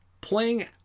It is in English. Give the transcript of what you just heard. Playing